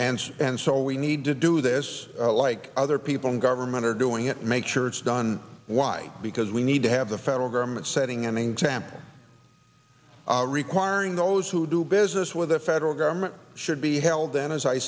and and so we need to do this like other people in government are doing it make sure it's done why because we need to have the federal government setting an example requiring those who do business with the federal government should be held then as i